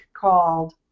called